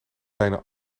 bijna